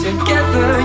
together